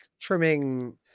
trimming